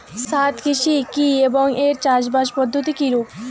ছাদ কৃষি কী এবং এর চাষাবাদ পদ্ধতি কিরূপ?